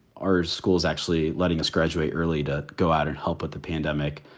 are schools actually letting us graduate early to go out and help with the pandemic?